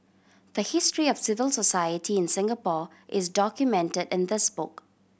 the history of civil society in Singapore is documented in this book